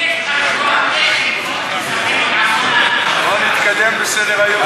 אם יש לך, עמונה, בואו נתקדם בסדר-היום.